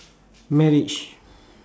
marriage